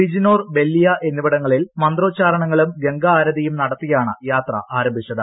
ബിജനോർ ബല്ലിയ എന്നിവിടങ്ങളിൽ മന്ത്രോച്ചാരണങ്ങളും ഗംഗാ ആരതിയും നടത്തിയാണ് യാത്ര ആരംഭിച്ചത്